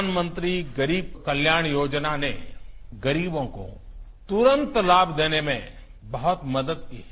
प्रधानमंत्री गरीब कल्याण योजना ने गरीबों को तुरंत लाभ देने में बहुत मदद की है